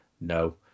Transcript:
No